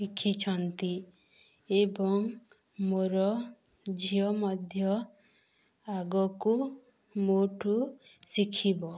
ଶିଖିଛନ୍ତି ଏବଂ ମୋର ଝିଅ ମଧ୍ୟ ଆଗକୁ ମୋ ଠୁ ଶିଖିବ